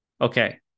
Okay